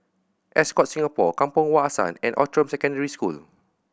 Ascott Singapore Kampong Wak Hassan and Outram Secondary School